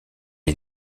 est